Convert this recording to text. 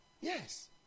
Yes